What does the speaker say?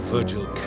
Virgil